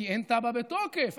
כי אין תב"ע בתוקף,